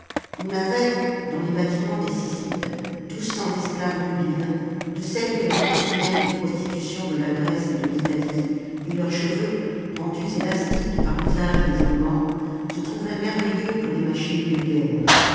on avait dans les bâtiments des syssites douze cents esclaves nubiles de celles que l'on destinait aux prostitutions de la grèce et de l'italie et leurs cheveux rendus élastiques par l'usage des onguents se trouvaient merveilleux pour les machines de guerre